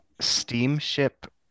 steamship